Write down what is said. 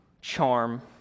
charm